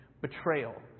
betrayal